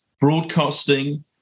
broadcasting